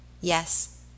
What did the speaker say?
Yes